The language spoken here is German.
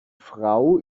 frau